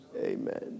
Amen